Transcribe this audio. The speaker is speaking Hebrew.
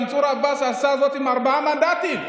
מנסור עבאס עשה עם ארבעה מנדטים.